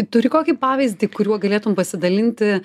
turi kokį pavyzdį kuriuo galėtum pasidalinti